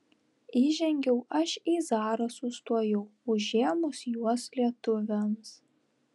įžengiau aš į zarasus tuojau užėmus juos lietuviams